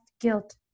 guilt